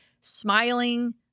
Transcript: smiling